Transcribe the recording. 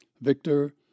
Victor